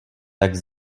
tak